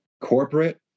corporate